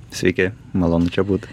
sveiki malonu čia būt